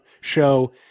show